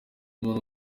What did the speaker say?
umuntu